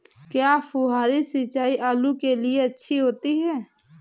क्या फुहारी सिंचाई आलू के लिए अच्छी होती है?